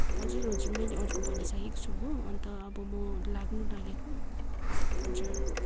हजुर हजुर मैले अर्को भनिसकेको छु हो अन्त अब म लाग्नु लागेको हजुर